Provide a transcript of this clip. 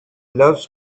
loves